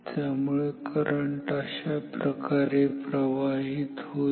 त्यामुळे करंट अशाप्रकारे प्रवाहित होईल